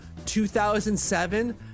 2007